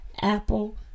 Apple